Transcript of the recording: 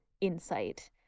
insight